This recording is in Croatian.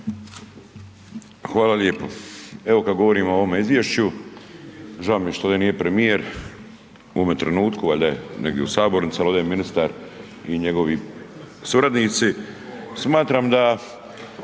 Hvala lijepo. Evo kad govorimo o ovome izvješću, žao mi je što ovdje nije premijer u ovome trenutku valjda je negdje u sabornici, a ovdje je ministar i njegovi suradnici. Smatram da